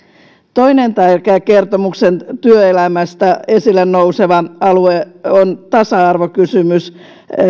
toinen tärkeä kertomuksen työelämästä esille nouseva alue on tasa arvokysymys